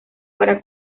para